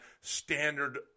standard